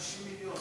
60 המיליון,